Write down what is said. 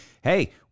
hey